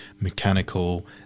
mechanical